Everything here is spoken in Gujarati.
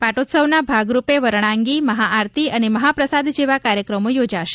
પાટોત્સવના ભાગરૂપે વરણાંગી મહાઆરતી અને મહાપ્રસાદ જેવા કાર્યક્રમો યોજાશે